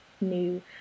new